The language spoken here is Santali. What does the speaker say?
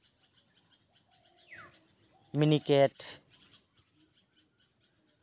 ᱢᱤᱱᱤᱠᱮᱴ